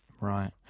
Right